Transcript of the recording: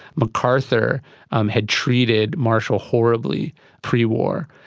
macarthur um had treated marshall horribly pre-war,